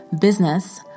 business